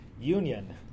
union